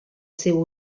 seu